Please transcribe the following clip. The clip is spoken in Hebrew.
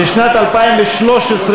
לשנת 2013,